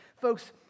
Folks